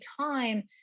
time